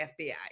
FBI